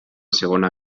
segona